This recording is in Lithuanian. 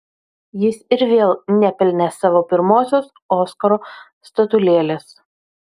jis ir vėl nepelnė savo pirmosios oskaro statulėlės